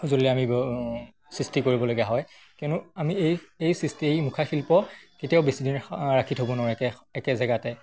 সঁজুলি আমি সৃষ্টি কৰিবলগীয়া হয় কিয়নো আমি এই এই সৃষ্টি এই মুখাশিল্প কেতিয়াও বেছিদিন ৰাখি থ'ব নোৱাৰোঁ একে একে জেগাতে